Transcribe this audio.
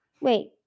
Wait